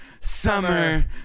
summer